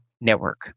network